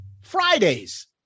Fridays